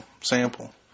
sample